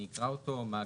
אני אקרא אותו: (ד)